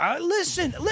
listen